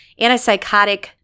antipsychotic